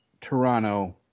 Toronto